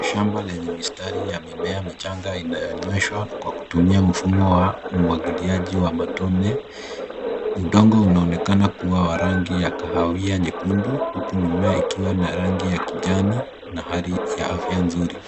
Shamba lenye mistari ya mimea michanga inayonyweshwa kwa kutumia mfumo wa umwagiliaji wa matone. Udongo unaonekana kuwa wa rangi ya kahawia-nyekundu huku mimea ikiwa na rangi ya kijani na hali ya afya nzuri.